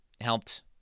helped